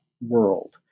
world